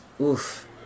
Oof